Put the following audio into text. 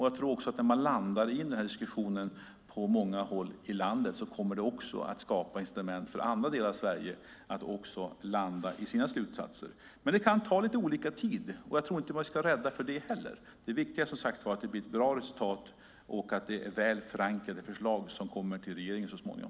Jag tror att när man landar i den diskussionen på många håll ute i landet kommer det att skapa instrument för andra delar av Sverige att landa i sina slutsatser. Men det kan ta olika lång tid, och jag tror inte att vi ska vara rädda för det heller. Det viktiga är, som sagt var, att det blir ett bra resultat och att det är väl förankrade förslag som kommer till regeringen så småningom.